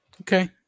Okay